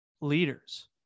leaders